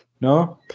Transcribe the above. No